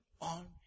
on